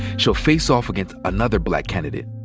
she'll face off against another black candidate,